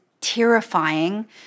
terrifying